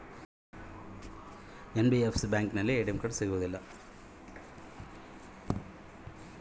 NBFC ಬ್ಯಾಂಕಿನಲ್ಲಿ ATM card ಸಿಗುತ್ತಾ?